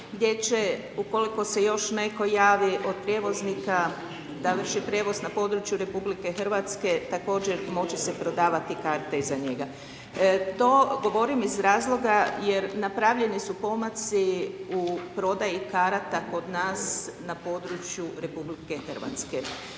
gdje će ukoliko se još netko javi od prijevoznika da vrši prijevoz na području RH, također moći se prodavati karte i za njega. To govorim iz razloga jer napravljeni su pomaci u prodaji karata kod nas na području RH